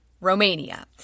Romania